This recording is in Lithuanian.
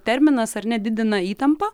terminas ar ne didina įtampą